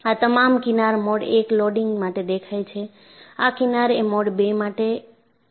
આ તમામ કિનાર મોડ 1 લોડિંગ માટે દેખાય છે આ કિનાર એ મોડ 2 માટે આવે છે